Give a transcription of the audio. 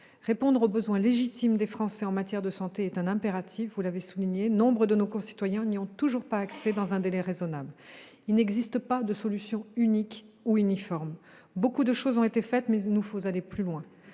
Répondre aux besoins légitimes des Français en matière de santé est un impératif, comme vous l'avez souligné. Nombre de nos concitoyens n'y ont toujours pas accès dans un délai raisonnable. Il n'existe pas de solution unique ou uniforme. Beaucoup de choses ont été faites, mais il nous faut aller plus loin.